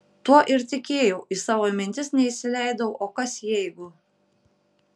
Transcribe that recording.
tuo ir tikėjau į savo mintis neįsileidau o kas jeigu